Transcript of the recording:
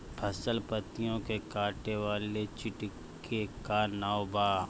फसल पतियो के काटे वाले चिटि के का नाव बा?